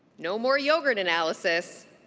no more yogurt analysis.